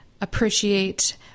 appreciate